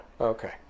Okay